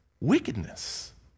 wickedness